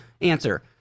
answer